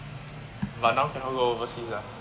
but now cannot go overseas ah